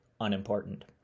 unimportant